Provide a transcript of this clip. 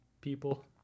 people